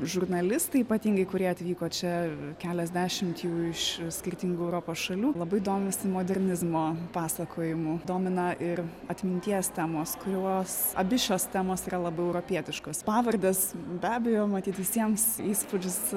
žurnalistai ypatingai kurie atvyko čia keliasdešimt jų iš skirtingų europos šalių labai domisi modernizmo pasakojimu domina ir atminties temos kurios abi šios temos yra labiau europietiškos pavardes be abejo matyt visiems įspūdžius